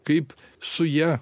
kaip su ja